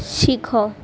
ଶିଖ